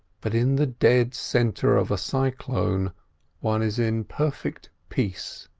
but in the dead centre of a cyclone one is in perfect peace.